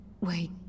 wait